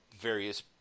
various